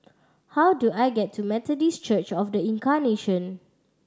how do I get to Methodist Church Of The Incarnation